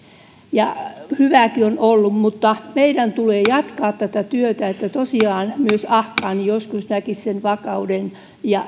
hyvääkin on ollut mutta meidän tulee jatkaa tätä työtä niin että tosiaan myös afgaani joskus näkisi sen vakauden ja